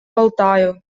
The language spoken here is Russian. болтаю